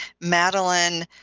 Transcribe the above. madeline